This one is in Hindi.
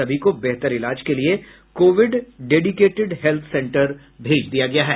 सभी को बेहतर इलाज के लिये कोविड डेडिकेटेड हेल्थ सेंटर भेज दिया गया है